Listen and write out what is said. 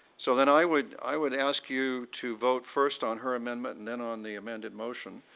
so then i would i would ask you to vote first on her amendment and then on the amended motion.